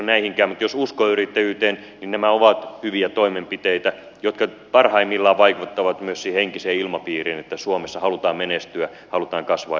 mutta jos uskoo yrittäjyyteen nämä ovat hyviä toimenpiteitä jotka parhaimmillaan vaikuttavat myös siihen henkiseen ilmapiiriin että suomessa halutaan menestyä halutaan kasvaa ja halutaan onnistua